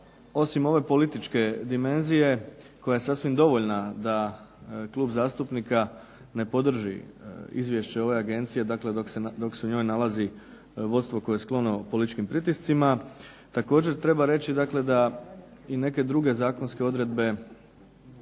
osim ove političke dimenzije koja je sasvim dovoljna da klub zastupnika ne podrži izvješće ove agencije, dakle dok se u njoj nalazi vodstvo koje je sklono politički pritiscima, također treba reći dakle da i neke druge zakonske odredbe